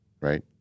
right